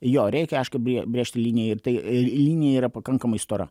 jo reikia aišku brė brėžti liniją ir tai linija yra pakankamai stora